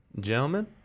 gentlemen